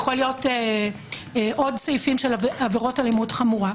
ויכולים להיות עוד סעיפים של עבירות אלימות חמורה,